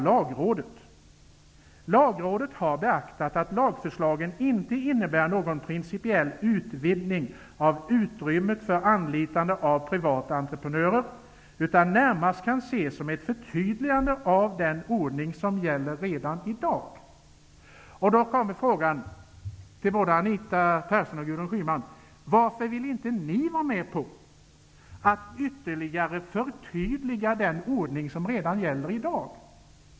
Lagrådet säger: Lagrådet har beaktat att lagförslagen inte innebär någon principiell utvidgning av utrymmet för anlitande av privata entreprenörer, utan kan närmast ses som ett förtydligande av den ordning som gäller redan i dag. Gudrun Schyman: Varför vill inte Socialdemokraterna och Vänsterpartiet vara med om att ytterligare förtydliga den ordning som redan i dag gäller?